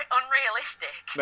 unrealistic